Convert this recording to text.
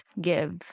give